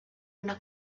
una